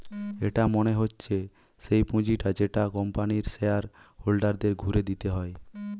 এটা মনে হচ্ছে সেই পুঁজিটা যেটা কোম্পানির শেয়ার হোল্ডারদের ঘুরে দিতে হয়